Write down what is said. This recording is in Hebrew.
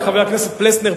חבר הכנסת פלסנר,